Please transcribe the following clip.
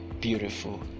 beautiful